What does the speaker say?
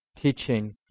teaching